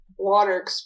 Water